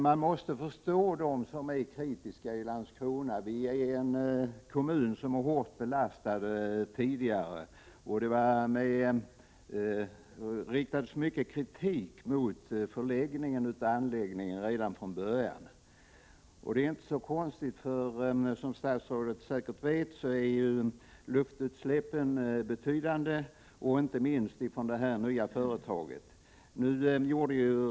Man måste förstå dem som är kritiska i Landskrona, som är en kommun som sedan tidigare är hårt belastad. Det riktades redan från början mycken kritik mot anläggningens förläggning dit. Det var inte så konstigt, eftersom — som statsrådet säkert vet — luftföroreningarna i Landskrona är betydande, inte minst från detta nya företag.